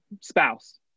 spouse